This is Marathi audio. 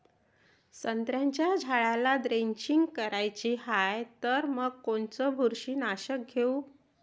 संत्र्याच्या झाडाला द्रेंचींग करायची हाये तर मग कोनच बुरशीनाशक घेऊ?